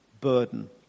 burden